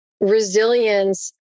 resilience